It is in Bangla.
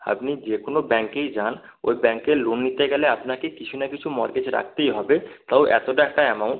আপনি যে কোনো ব্যাঙ্কেই যান ওই ব্যাঙ্কের লোন নিতে গেলে আপনাকে কিছু না কিছু মর্টগেজ রাখতেই হবে তাও এতটা একটা অ্যামাউন্ট